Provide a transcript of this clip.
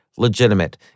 Legitimate